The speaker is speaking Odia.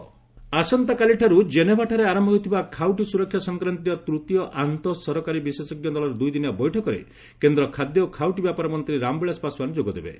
ପାସ୍ୱାନ୍ ଜେନେଭା ଆସନ୍ତାକାଲିଠାରୁ ଜେନେଭାଠାରେ ଆରମ୍ଭ ହେଉଥିବା ଖାଉଟି ସ୍ରରକ୍ଷା ସଂକ୍ରାନ୍ତୀୟ ତୂତୀୟ ଆନ୍ତଃ ସରକାରୀ ବିଶେଷଜ୍ଞ ଦଳର ଦୂଇଦିନିଆ ବୈଠକରେ କେନ୍ଦ୍ର ଖାଦ୍ୟ ଓ ଖାଉଟି ବ୍ୟାପାର ମନ୍ତ୍ରୀ ରାମବିଳାଶ ପାସ୍ୱାନ୍ ଯୋଗଦେବେ